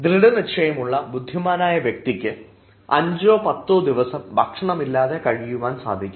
ദൃഢനിശ്ചയമുള്ള ബുദ്ധിമാനായ വ്യക്തിക്ക് അഞ്ചോ പത്തോ ദിവസം ഭക്ഷണം ഇല്ലാതെ കഴിയുവാൻ സാധിക്കും